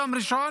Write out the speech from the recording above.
ביום ראשון,